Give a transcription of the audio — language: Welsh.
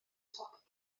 toc